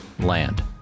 Land